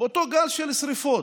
באותו גל של שרפות?